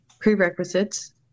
prerequisites